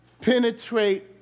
Penetrate